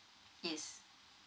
yes